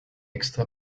extra